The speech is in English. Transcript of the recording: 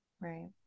right